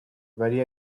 very